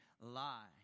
lie